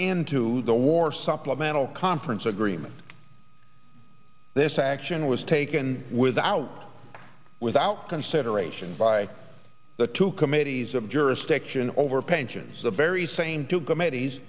into the war supplemental conference agreement this action was taken without without consideration by the two committees of jurisdiction over pensions the very same two committees